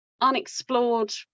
unexplored